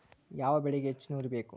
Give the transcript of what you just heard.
ಯಾವ ಬೆಳಿಗೆ ಹೆಚ್ಚು ನೇರು ಬೇಕು?